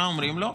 מה אומרים לו?